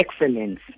excellence